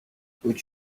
would